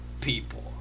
people